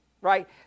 right